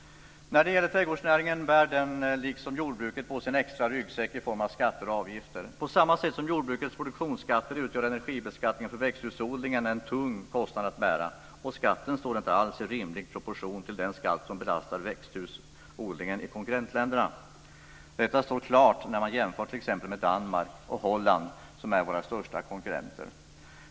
Den bär liksom jordbruket på sin extra ryggsäck i form av skatter och avgifter. På samma sätt som jordbrukets produktionsskatter utgör energibeskattningen för växthusodlingen en tung kostnad att bära, och skatten står inte alls i rimlig proportion till den skatt som belastar växthusodlingen i konkurrentländerna. Detta står klart när man jämför med t.ex. Danmark och Holland, som är våra största konkurrenter.